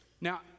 Now